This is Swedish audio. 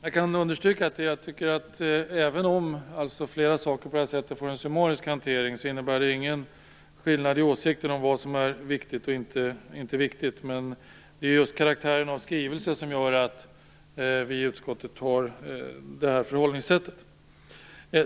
Jag kan understryka att även om flera av frågorna har fått en summarisk hantering, innebär det ingen skillnad i åsikt om vad som är viktigt och inte viktigt. Men det är just karaktären av skrivelse som gör att vi i utskottet har detta förhållningssätt.